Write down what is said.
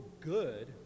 good